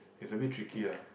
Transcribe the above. it's a bit tricky ah